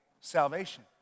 salvation